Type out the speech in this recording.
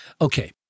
Okay